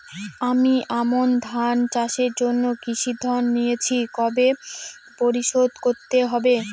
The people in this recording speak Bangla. আমি আমন ধান চাষের জন্য কৃষি ঋণ নিয়েছি কবে পরিশোধ করতে হবে?